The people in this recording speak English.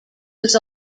was